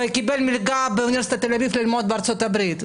וקיבל מלגה מאוניברסיטת תל אביב ללמוד בארצות-הברית,